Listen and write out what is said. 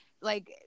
Like-